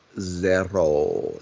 zero